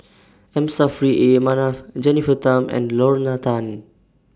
M Saffri A Manaf Jennifer Tham and Lorna Tan